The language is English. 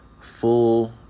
full